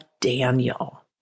Daniel